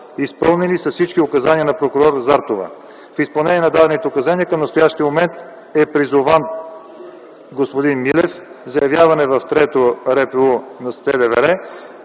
Изпълнени са всички указания на прокурор Зартова. В изпълнение на дадените указания, към настоящия момент господин Милев е призован за явяване в Трето РПУ на СДВР